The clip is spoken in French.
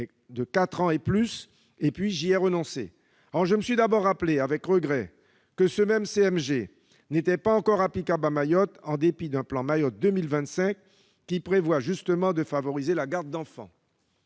ans et plus, puis j'y ai renoncé. Je me suis ensuite rappelé, avec regret, que ce même CMG n'était pas encore applicable à Mayotte, en dépit du plan « Mayotte 2025 », qui prévoit justement de favoriser la garde d'enfants.